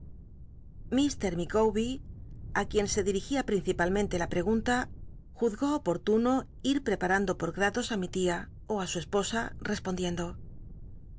micawber á quien se clil igia principalmente la pregunta juzgó oportuno ir pr'cparando i or grados i mi tia i ti su espos